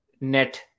net